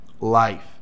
life